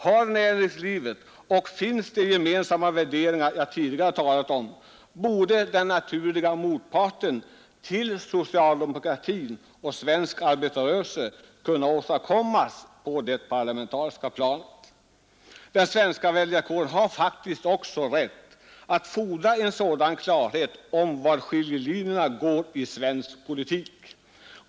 Finns de gemensamma värderingar jag tidigare har talat om inom näringslivet, borde den naturliga motparten till socialdemokrati och svensk arbetarrörelse kunna åstadkommas på det parlamentariska planet. Den svenska väljarkåren har faktiskt också rätt att fordra sådant klarläggande om var skiljelinjerna går i svensk politik.